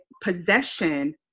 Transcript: possession